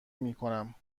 میکنم